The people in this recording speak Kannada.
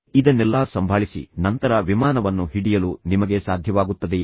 ಇದನ್ನೆಲ್ಲಾ ಸಂಭಾಳಿಸಿ ನಂತರ ವಿಮಾನವನ್ನು ಹಿಡಿಯಲು ನಿಮಗೆ ಸಾಧ್ಯವಾಗುತ್ತದೆಯೇ